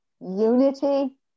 unity